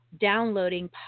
downloading